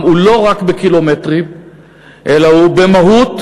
הוא לא רק בקילומטרים אלא הוא במהות.